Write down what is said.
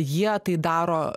jie tai daro